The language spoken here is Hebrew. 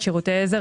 שירותי עזר,